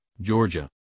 georgia